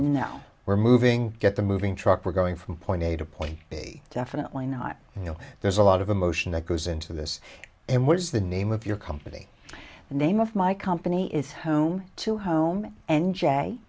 know we're moving get the moving truck we're going from point a to point b definitely not you know there's a lot of emotion that goes into this and what is the name of your company the name of my company is home to home n j